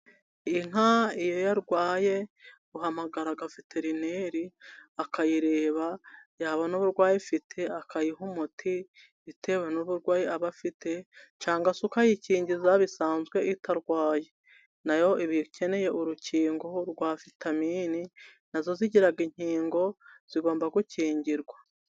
Inka iyo yarwaye, uhamagara gaveterineri akayireba, yabona uburwayi ifite akayiha umuti, bitewe n'uburwayi iba afite, cyangwa se ukayikingiza bisanzwe itarwaye. Nayo iba ikeneye urukingo rwa vitamine. Nazo zigira inkingo zigomba gukingirwa.